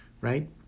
Right